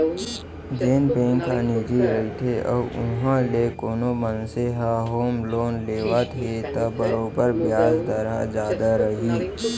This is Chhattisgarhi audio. जेन बेंक ह निजी रइथे अउ उहॉं ले कोनो मनसे ह होम लोन लेवत हे त बरोबर बियाज दर ह जादा रही